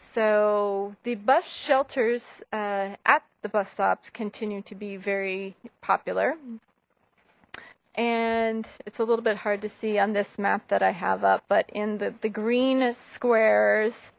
so the bus shelters at the bus stops continue to be very popular and it's a little bit hard to see on this map that i have up but in that the green squares